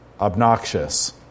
Obnoxious